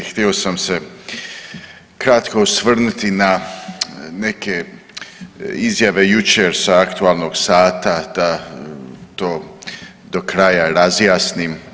Htio sam se kratko osvrnuti na neke izjave jučer sa aktualnog sata da do kraja razjasnim.